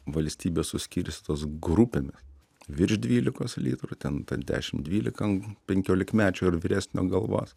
valstybės suskirstytos grupėmis virš dvylikos litrų ten ten dešim dvylika an penkiolikmečio ar vyresnio galvos